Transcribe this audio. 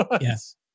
Yes